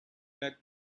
back